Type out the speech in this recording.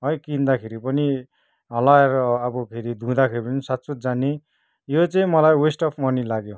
है किन्दाखेरि पनि लाएर अब फेरि धुँदाखेरि पनि सातसुत जाने यो चाहिँ मलाई वेस्ट अफ मनी लाग्यो